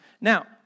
Now